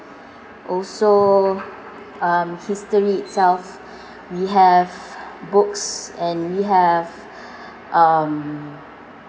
also um history itself we have books and we have um